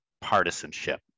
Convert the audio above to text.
partisanship